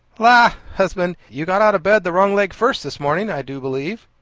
la, husband! you've got out of bed the wrong leg first this morning, i do believe.